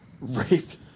raped